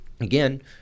Again